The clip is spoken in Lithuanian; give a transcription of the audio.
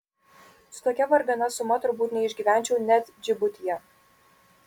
su tokia vargana suma turbūt neišgyvenčiau net džibutyje